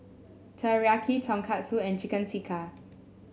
Teriyaki Tonkatsu and Chicken Tikka